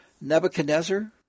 Nebuchadnezzar